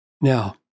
Now